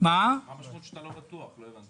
לא הבנתי.